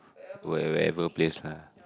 wherever place lah